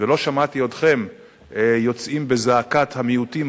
ולא שמעתי אתכם יוצאים בזעקת המיעוטים,